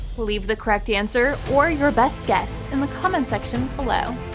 leave the correct answer or your best guess in the comment section below.